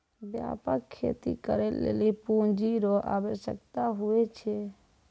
व्यापक खेती करै लेली पूँजी रो आवश्यकता हुवै छै